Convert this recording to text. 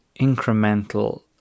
incremental